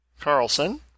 Carlson